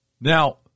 Now